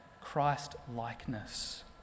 Christ-likeness